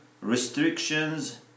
restrictions